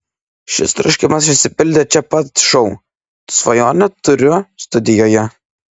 šis troškimas išsipildė čia pat šou svajonę turiu studijoje